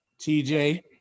TJ